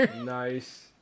Nice